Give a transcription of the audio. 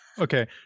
okay